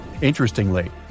Interestingly